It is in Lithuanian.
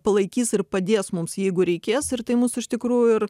palaikys ir padės mums jeigu reikės ir tai mus iš tikrųjų ir